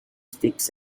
sticks